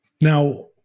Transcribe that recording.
Now